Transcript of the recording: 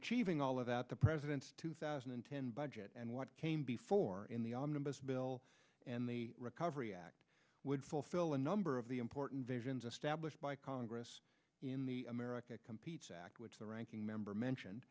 achieving all of that the president's two thousand and ten budget and what came before in the omnibus bill and the recovery act would fulfill a number of the important visions of stablish by congress in the america competes act which the ranking member mentioned